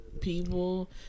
people